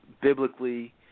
Biblically